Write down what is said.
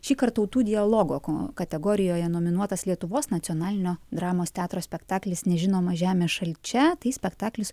šįkart tautų dialogo ko kategorijoje nominuotas lietuvos nacionalinio dramos teatro spektaklis nežinoma žemė šalčia tai spektaklis